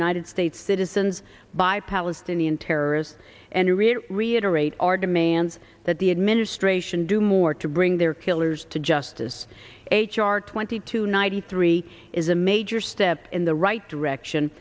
united states citizens by palestinian terrorists and really reiterate our demands that the administration do more to bring their killers to justice h r twenty two ninety three is a major step in the right direction